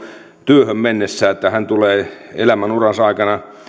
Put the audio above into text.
työhön mennessä että hän tulee elämänuransa aikana